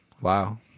wow